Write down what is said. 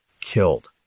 killed